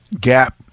gap